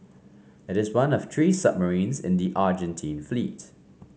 it is one of three submarines in the Argentine fleet